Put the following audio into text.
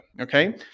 okay